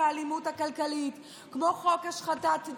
כמו חוק האלימות הכלכלית,